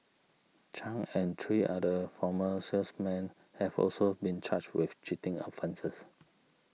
Chung and three other former salesmen have also been charged with cheating offences